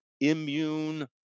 immune